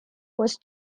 was